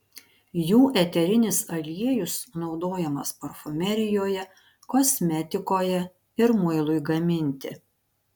jų eterinis aliejus naudojamas parfumerijoje kosmetikoje ir muilui gaminti